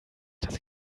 das